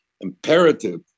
imperative